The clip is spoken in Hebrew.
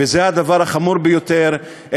זה הדבר החמור ביותר,